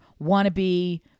wannabe